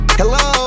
hello